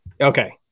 Okay